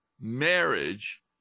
marriage